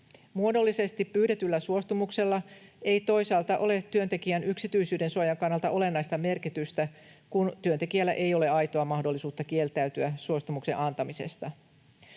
Muodollisesti pyydetyllä suostumuksella ei toisaalta ole työntekijän yksityisyyden suojan kannalta olennaista merkitystä, kun työntekijällä ei ole aitoa mahdollisuutta kieltäytyä suostumuksen antamisesta.